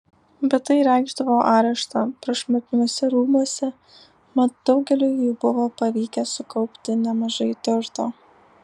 bet tai reikšdavo areštą prašmatniuose rūmuose mat daugeliui jų buvo pavykę sukaupti nemažai turto